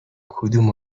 کدوم